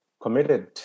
committed